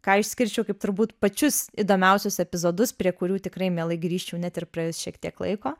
ką išskirčiau kaip turbūt pačius įdomiausius epizodus prie kurių tikrai mielai grįžčiau net ir praėjus šiek tiek laiko